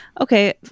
okay